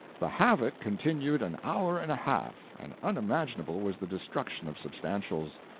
the havoc continued an hour and a half, and unimaginable was the destruction of substantials.